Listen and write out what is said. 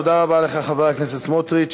תודה רבה לך, חבר הכנסת סמוטריץ.